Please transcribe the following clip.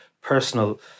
personal